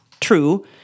true